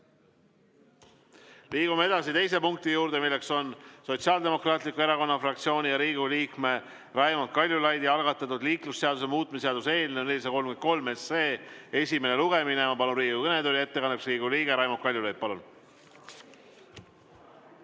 Liigume edasi teise punkti juurde, milleks on Sotsiaaldemokraatliku Erakonna fraktsiooni ja Riigikogu liikme Raimond Kaljulaidi algatatud liiklusseaduse muutmise seaduse eelnõu 433 esimene lugemine. Ma palun Riigikogu kõnetooli ettekandeks Riigikogu liikme Raimond Kaljulaidi. Palun!